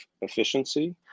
efficiency